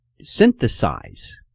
synthesize